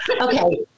Okay